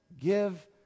give